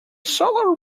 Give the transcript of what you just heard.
solar